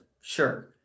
Sure